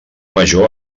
major